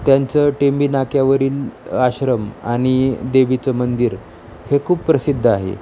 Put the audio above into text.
त्यांचं टेंबी नाक्यावरील आश्रम आणि देवीचं मंदिर हे खूप प्रसिद्ध आहे